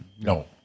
No